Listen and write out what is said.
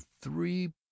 three